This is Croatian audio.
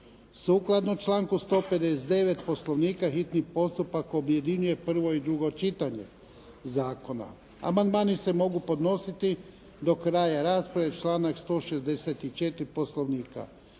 Sukladno članku 159. Poslovnika hitni postupak objedinjuje prvo i drugo čitanje zakona. Amandmani se mogu podnositi do kraja rasprave, članak 164. Poslovnika.